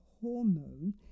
Hormone